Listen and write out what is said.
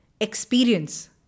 experience